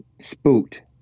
spooked